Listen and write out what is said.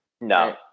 No